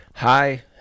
Hi